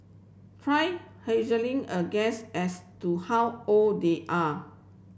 try a guess as to how old they are